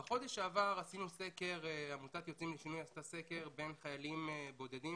בחודש שעבר עמותת "יוצאים לשינוי" עשתה סקר בקרב חיילים בודדים